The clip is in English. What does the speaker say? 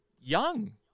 young